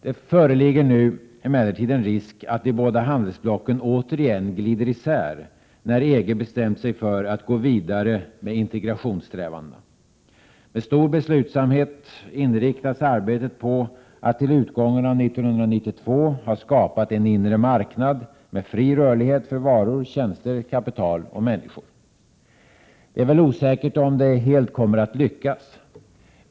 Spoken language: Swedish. Det föreligger emellertid en risk att de båda handelsblocken återigen glider isär när nu EG bestämt sig för att gå vidare med integrationssträvandena. Med stor beslutsamhet inriktas arbetet på att till utgången av 1992 ha skapat en inre marknad med fri rörlighet för varor, tjänster, kapital och människor. Det är väl osäkert om detta helt kommer att lyckas.